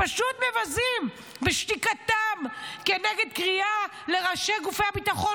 פשוט מבזים בשתיקתם כנגד קריאה לראשי גופי הביטחון